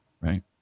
right